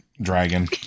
dragon